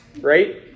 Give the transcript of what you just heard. right